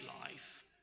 life